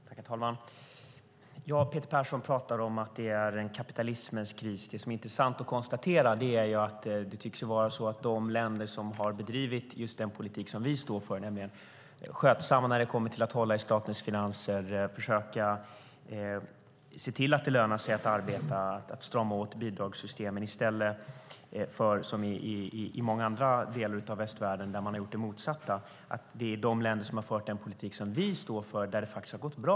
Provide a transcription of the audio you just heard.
Herr talman! Peter Persson talar om att det är en kapitalismens kris. Det som är intressant att konstatera är hur det går för de länder som har bedrivit just den politik som vi står för, är skötsamma när det gäller att hålla i statens finanser, försöker se till att det lönar sig att arbeta och stramar åt bidragssystemen i stället för som i många andra delar av västvärlden där man har gjort det motsatta. Det är i de länder som fört den politik som vi står för som det har gått bra.